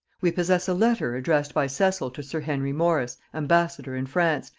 we possess a letter addressed by cecil to sir henry norris ambassador in france,